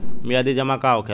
मियादी जमा का होखेला?